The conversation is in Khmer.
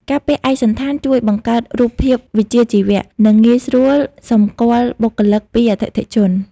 ការពាក់ឯកសណ្ឋានជួយបង្កើតរូបភាពវិជ្ជាជីវៈ និងងាយស្រួលសម្គាល់បុគ្គលិកពីអតិថិជន។